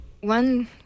one